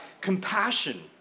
compassion